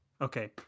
Okay